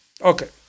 Okay